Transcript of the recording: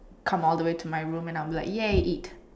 come all the way to my room and I'm like ya eat